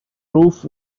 roof